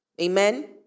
Amen